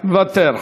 מוותר.